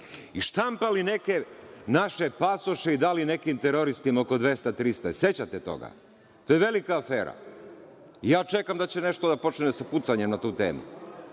i štampali neke naše pasoše i dali nekim teroristima oko 200, 300. Jel se sećate toga? To je velika afera. Ja čekam da će nešto da počne sa kuca na tu